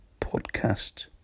podcast